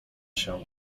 się